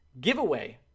giveaway